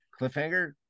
Cliffhanger